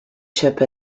chip